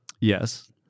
Yes